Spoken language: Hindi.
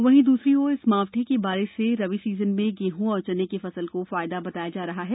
वहीं दूसरी ओर इस मावठ की बारिश से रवि सीजन में गेहूं और चने की फसल को फायदा बताया जा रहा है